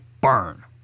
burn